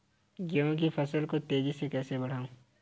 गेहूँ की फसल को तेजी से कैसे बढ़ाऊँ?